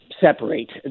separate